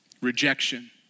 rejection